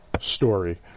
Story